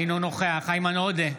אינו נוכח איימן עודה,